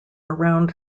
around